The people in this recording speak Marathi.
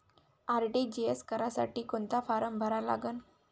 आर.टी.जी.एस करासाठी कोंता फारम भरा लागन?